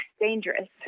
dangerous